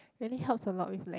really helps a lot with la~